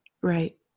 Right